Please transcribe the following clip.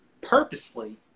purposefully